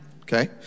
Okay